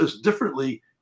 differently